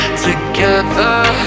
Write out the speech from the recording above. together